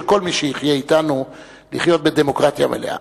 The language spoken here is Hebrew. כל מי שיחיה אתנו לחיות בדמוקרטיה מלאה.